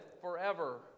forever